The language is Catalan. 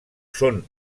són